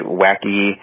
wacky